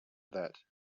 that